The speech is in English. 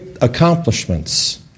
accomplishments